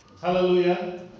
Hallelujah